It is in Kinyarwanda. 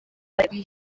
bagiye